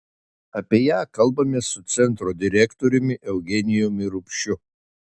apie ją kalbamės su centro direktoriumi eugenijumi rupšiu